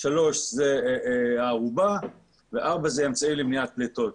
הארובה ואמצעי למניעת פליטות.